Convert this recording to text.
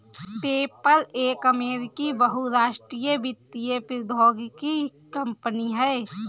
PayPal एक अमेरिकी बहुराष्ट्रीय वित्तीय प्रौद्योगिकी कंपनी है